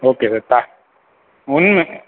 okay sir